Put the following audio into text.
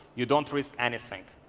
you don't risk anything.